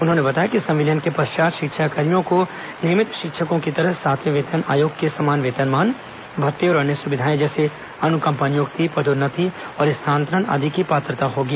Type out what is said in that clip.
उन्होंने बताया कि संविलियन के पश्चात शिक्षाकर्मियों को नियमित शिक्षकों की तरह सातवें वेतन आयोग के समान वेतनमान भत्ते और अन्य सुविधाएं जैसे अनुकंपा नियुक्ति पदोन्नति और स्थानांतरण आदि की पात्रता होगी